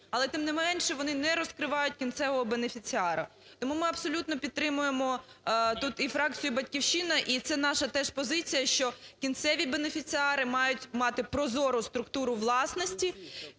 але, тим не менше, вони не розкривають кінцевого бенефіціара. Тому ми абсолютно підтримуємо тут і фракцію "Батьківщина" , і це наша теж позиція, що кінцеві бенефіціари мають мати прозору структуру власності.